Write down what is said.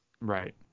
Right